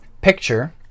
picture